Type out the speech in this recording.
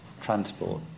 transport